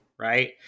Right